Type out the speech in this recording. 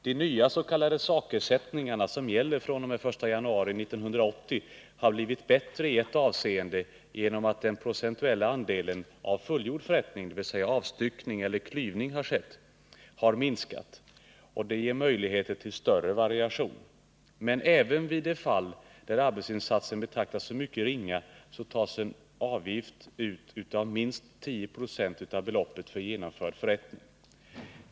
De nya s.k. sakersättningarna som gäller fr.o.m. den 1 januari 1980 har blivit bättre i detta avseende, genom att den procentuella andelen av fullgjord förrättning, dvs. där avstyckning eller klyvning har skett, har minskat och ger möjligheter till större variation. Men även i de fall där arbetsinsatsen betraktas som mycket ringa tas en avgift ut på minst 10 90 av beloppet för genomförd förrättning.